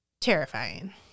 terrifying